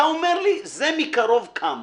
אתה אומר לי: "זה מקרוב קמו".